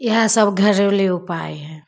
इएहसब घरेलू उपाय हइ